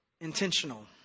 intentional